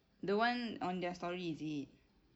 the one on their story is it